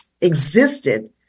existed